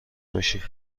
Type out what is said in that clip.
باشی